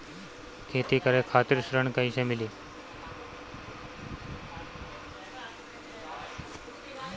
खेती करे खातिर ऋण कइसे मिली?